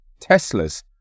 Teslas